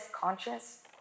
conscious